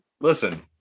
listen